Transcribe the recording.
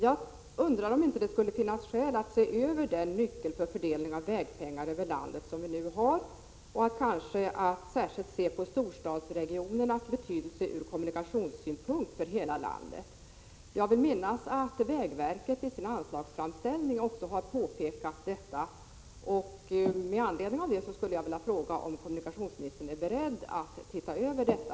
Jag undrar om det inte skulle finnas skäl att se över den nyckel för fördelningen av vägpengar över landet som vi nu har och att kanske särskilt beakta storstadsregionernas betydelse ur kommunikationssynpunkt för hela landet. Jag vill minnas att vägverket i sin anslagsframställan också har påpekat detta.